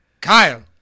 Kyle